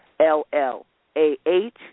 L-L-A-H